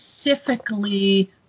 specifically